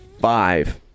five